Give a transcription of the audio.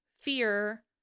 fear